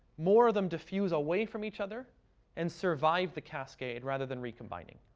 more of them diffuse away from each other and survive the cascade, rather than recombining.